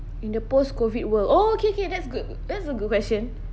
in the post-COVID world oh okay okay that's good that's a good question